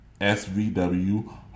SVW